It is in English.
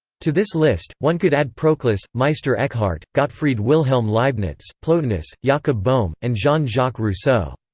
to this list, one could add proclus, meister eckhart, gottfried wilhelm leibniz, plotinus, jakob bohme, and jean-jacques rousseau.